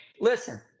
listen